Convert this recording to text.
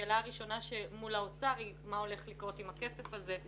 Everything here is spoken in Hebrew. השאלה הראשונה היא לאוצר והיא מה הולך לקרות עם הכסף הזה.